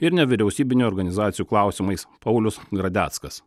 ir nevyriausybinių organizacijų klausimais paulius gradeckas